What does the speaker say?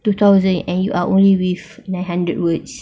two thousand and you are only with nine hundred words